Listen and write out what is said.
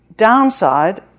downside